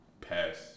pass